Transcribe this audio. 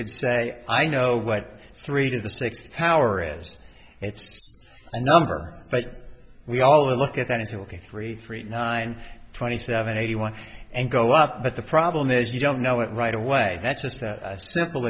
could say i know what three to the sixth power is it's a number but we all look at that it's a look at three three nine twenty seven eighty one and go up but the problem is you don't know it right away that's just a simple